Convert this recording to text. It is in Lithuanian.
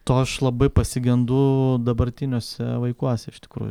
to aš labai pasigendu dabartiniuose vaikuose iš tikrųjų